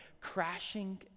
crashing